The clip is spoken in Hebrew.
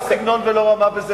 מה לא סגנון ולא רמה בזה,